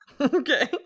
Okay